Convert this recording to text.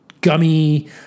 gummy